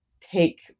take